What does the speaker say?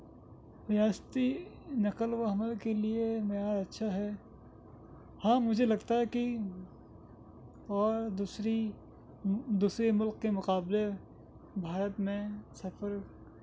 ریاستی نقل و حمل کے لئے معیار اچھا ہے ہاں مجھے لگتا ہے کہ اور دوسری دوسرے ملک کے مقابلے بھارت میں سفر